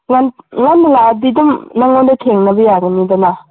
ꯉꯟꯅ ꯂꯥꯛꯑꯗꯤ ꯑꯗꯨꯝ ꯅꯪꯉꯣꯟꯗ ꯊꯦꯡꯅꯕ ꯌꯥꯒꯅꯤꯗꯅ